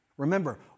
Remember